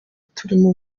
turimo